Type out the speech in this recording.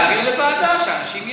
את הנתונים להעביר לוועדה, שאנשים ידעו.